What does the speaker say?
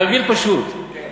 תרגיל פשוט, כן.